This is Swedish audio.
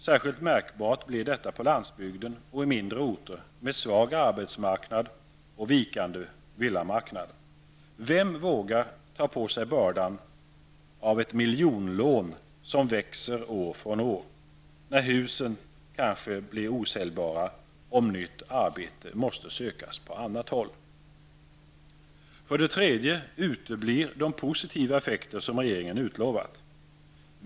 Särskilt märkbart blir detta på landsbygden och i mindre orter med en svag arbetsmarknad och vikande villamarknad. Vem vågar ta på sig bördan av ett miljonlån som växer år från år, när huset kanske blir osäljbart om nytt arbete måste sökas på annat håll? För det tredje uteblir de positiva effekter som regeringen utlovat.